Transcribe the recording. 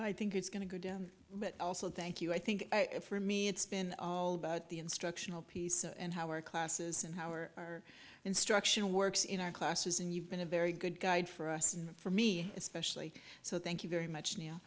i think it's going to go down but also thank you i think for me it's been about the instructional piece and how our classes and our instruction works in our classes and you've been a very good guide for us and for me especially so thank you very much n